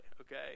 okay